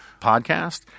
podcast